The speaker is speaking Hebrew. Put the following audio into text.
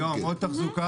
גם עוד תחזוקה.